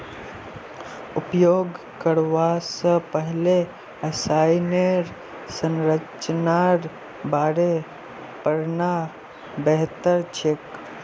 उपयोग करवा स पहले रसायनेर संरचनार बारे पढ़ना बेहतर छोक